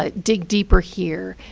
ah dig deeper here,